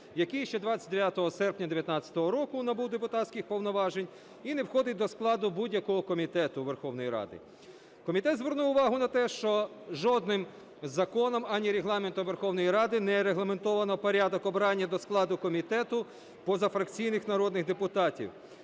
який ще 29 серпня 19-го року набув депутатських повноважень і не входить до складу будь-якого комітету Верховної Ради. Комітет звернув увагу на те, що жодним законом, ані Регламентом Верховної Ради не регламентовано порядок обрання до складу комітету позафракційних народних депутатів.